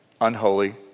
unholy